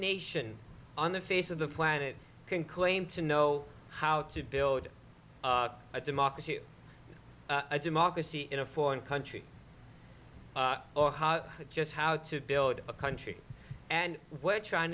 nation on the face of the planet can claim to know how to build a democracy a democracy in a foreign country or how just how to build a country and what trying